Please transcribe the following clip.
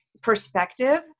perspective